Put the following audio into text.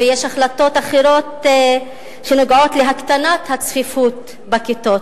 ויש החלטות אחרות שנוגעות להקטנת הצפיפות בכיתות.